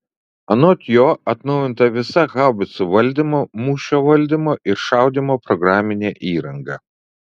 anot jo atnaujinta visa haubicų valdymo mūšio valdymo ir šaudymo programinė įranga